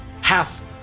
half